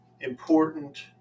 important